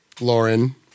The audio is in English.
Lauren